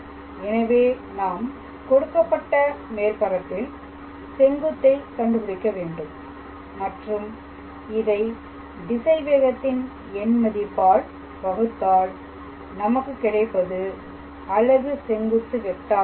எனவே நாம் கொடுக்கப்பட்ட மேற்பரப்பில் செங்குத்தை கண்டுபிடிக்க வேண்டும் மற்றும் இதை திசைவேகத்தின் எண் மதிப்பால் வகுத்தால் நமக்கு கிடைப்பது அலகு செங்குத்து வெக்டாராகும்